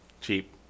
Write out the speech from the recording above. Cheap